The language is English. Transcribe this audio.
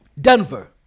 Denver